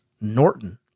Norton